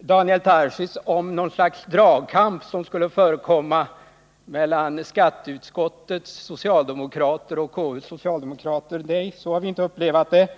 Daniel Tarschys talade om något slags dragkamp som skulle ha förekommit mellan skatteutskottets socialdemokrater och konstitutionsutskottets socialdemokrater. Så har vi inte upplevat det.